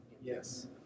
Yes